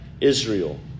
Israel